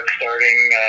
starting